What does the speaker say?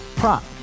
prop